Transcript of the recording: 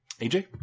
AJ